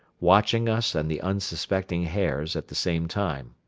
watching us and the unsuspecting hares at the same time.